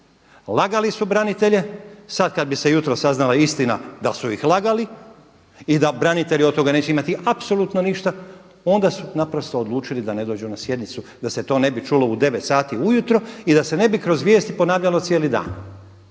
Lagali su branitelje, sad kad bi se jutros saznala istina da su ih lagali i da branitelji od toga neće imati apsolutno ništa onda su naprosto odlučili da ne dođu na sjednicu da se to ne bi čulo u 9 sati ujutro i da se ne bi kroz vijesti ponavljalo cijeli dan.